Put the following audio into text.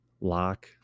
lock